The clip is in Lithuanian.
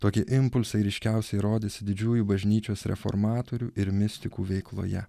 tokie impulsai ryškiausiai rodėsi didžiųjų bažnyčios reformatorių ir mistikų veikloje